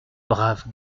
brave